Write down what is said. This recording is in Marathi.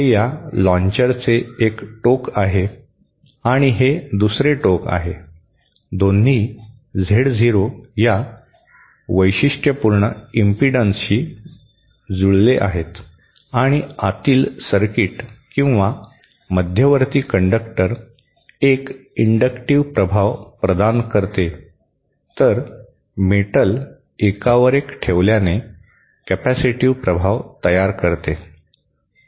हे या लाँचरचे एक टोक आहे आणि हे दुसरे टोक आहे दोन्ही झेड झिरो या वैशिष्ट्यपूर्ण इम्पिडन्सशी जुळले आहेत आणि आतील सर्किट किंवा मध्यवर्ती कंडक्टर एक इंडक्टिव्ह प्रभाव प्रदान करते तर मेटल एकावर एक ठेवल्याने कॅपेसिटीव्ह प्रभाव तयार करते